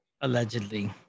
allegedly